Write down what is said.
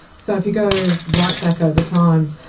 so if you go right back over time,